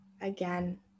again